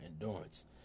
endurance